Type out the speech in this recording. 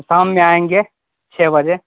شام میں آئیں گے چھ بجے